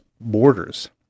borders